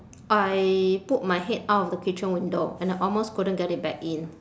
I put my head out of the kitchen window and I almost couldn't get it back in